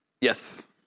yes